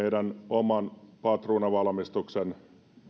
oman patruunanvalmistuksen